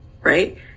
right